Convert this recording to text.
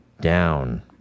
down